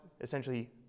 essentially